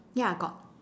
ya got